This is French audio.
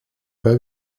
pas